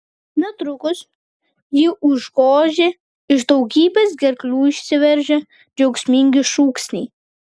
netrukus jį užgožė iš daugybės gerklių išsiveržę džiaugsmingi šūksniai